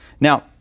now